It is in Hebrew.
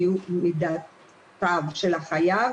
למידותיו של החייב,